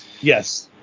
yes